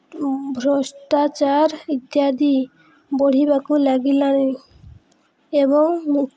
ଭ୍ରଷ୍ଟାଚାର ଇତ୍ୟାଦି ବଢ଼ିବାକୁ ଲାଗିଲାଣି ଏବଂ ମୁଁ